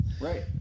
right